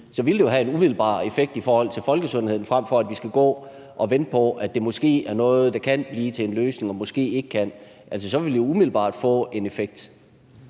så ville det jo have en umiddelbar effekt i forhold til folkesundheden, frem for at vi skal gå og vente på, at det måske er noget, der kan blive til en løsning og måske ikke kan. Altså, så ville det jo umiddelbart få en effekt.